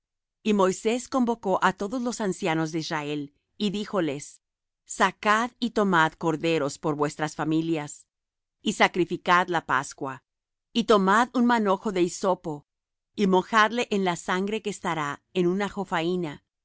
y moisés convocó á todos los ancianos de israel y díjoles sacad y tomaos corderos por vuestras familias y sacrificad la pascua y tomad un manojo de hisopo y mojadle en la sangre que estará en una jofaina y